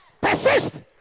Persist